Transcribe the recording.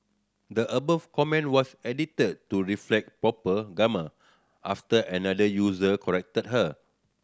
the above comment was edited to reflect proper grammar after another user corrected her